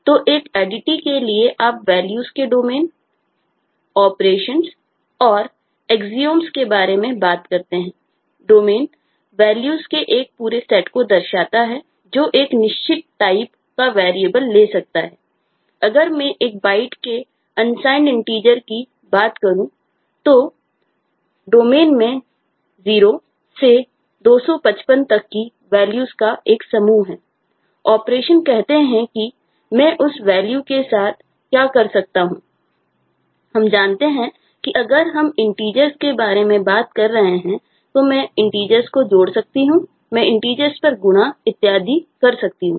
तो एक ADT के लिए आप वैल्यूज के डोमेन पर गुणा इत्यादि कर सकता हूं